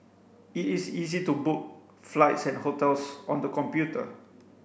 it is easy to book flights and hotels on the computer